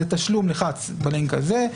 אז לתשלום לחץ בלינק הזה,